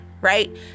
right